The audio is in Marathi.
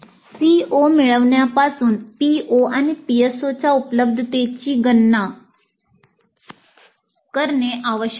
CO मिळविण्यापासून PO आणि PSOच्या उपलब्धतेची गणना करणे आवश्यक आहे